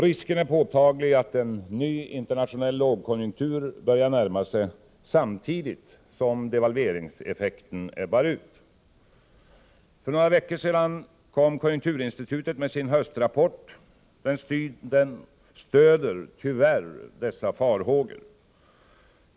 Risken är påtaglig att en ny internationell lågkonjunktur börjar närma sig, samtidigt som devalveringseffekten ebbar ut. För några veckor sedan kom konjunkturinstitutet med sin höstrapport. Den stöder tyvärr dessa farhågor.